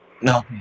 No